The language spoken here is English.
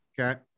Okay